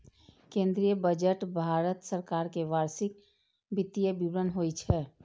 केंद्रीय बजट भारत सरकार के वार्षिक वित्तीय विवरण होइ छै